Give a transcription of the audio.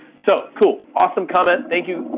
so cool, awesome comment. thank you,